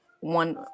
one –